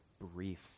brief